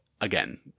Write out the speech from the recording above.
again